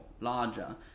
larger